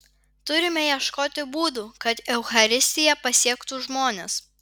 turime ieškoti būdų kad eucharistija pasiektų žmones